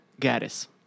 Gaddis